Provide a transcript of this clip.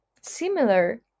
similar